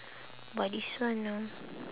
but this one ah